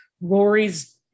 rory's